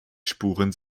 spuren